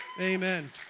Amen